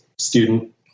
student